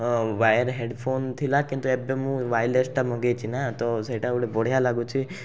ହଁ wire headphone ଥିଲା କିନ୍ତୁ ଏବେ ମୁଁ ୱାୟାର୍ଲେସ୍ଟା ମଗେଇଛି ନା ତ ସେଇଟା ଗୋଟେ ବଢ଼ିଆ ଲାଗୁଛି